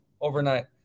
overnight